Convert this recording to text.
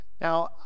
now